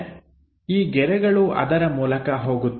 ಈ ಗೆರೆಗಳು ಅದರ ಮೂಲಕ ಹೋಗುತ್ತವೆ